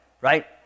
right